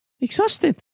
exhausted